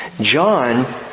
John